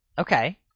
Okay